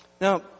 Now